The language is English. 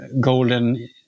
golden